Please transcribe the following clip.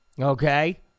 okay